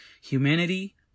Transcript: humanity